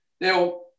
Now